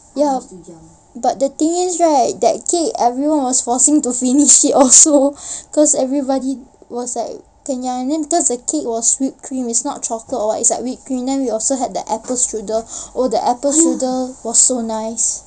ya but the thing is right that cake everyone was forcing to finish it also cause everybody was like and ya and then cause the cake was whipped cream it's not chocolate or what it's like whipped cream then we also had that apple strudel oh the apple strudel was so nice